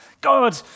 God